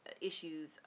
issues